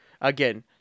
Again